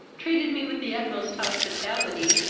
treated me with the utmost hospitality,